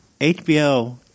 HBO